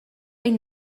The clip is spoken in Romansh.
ein